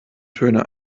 töne